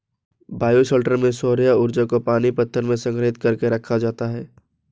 bioshelter में सौर्य ऊर्जा को पानी पत्थर में संग्रहित कर के रखा जाता है